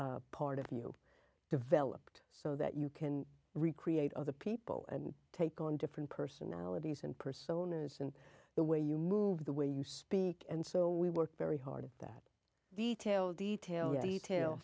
observer part of you developed so that you can recreate other people and take on different personalities and personas and the way you move the way you speak and so we work very hard at that detail detail retail